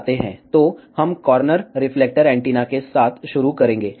तो हम corner reflector antenna के साथ शुरू करेंगे